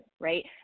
right